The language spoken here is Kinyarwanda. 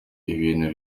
ibintu